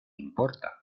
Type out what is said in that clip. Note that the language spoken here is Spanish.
importa